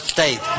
State